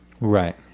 Right